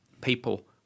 people